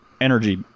energy